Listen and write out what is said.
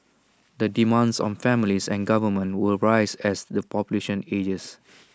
the demands on families and government will rise as the population ages